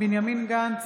בנימין גנץ,